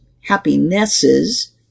happinesses